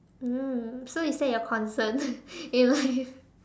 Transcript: mm so is that your concern in life